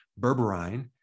berberine